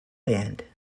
band